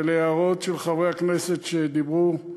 ולהערות של חברי הכנסת שדיברו: